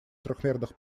трёхмерных